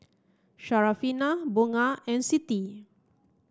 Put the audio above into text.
Syarafina Bunga and Siti